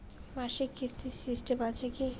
মাসিক কিস্তির সিস্টেম আছে কি?